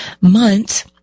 months